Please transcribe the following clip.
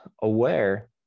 aware